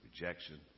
rejection